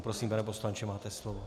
Prosím, pane poslanče, máte slovo.